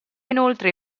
inoltre